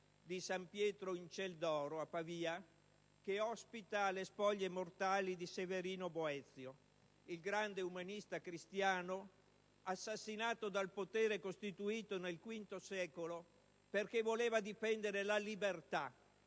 di San Pietro in Ciel d'Oro a Pavia, che ospita le spoglie mortali di Severino Boezio, il grande umanista cristiano assassinato dal potere costituito nel V secolo perché voleva difendere la libertà,